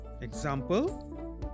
Example